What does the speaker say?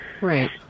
Right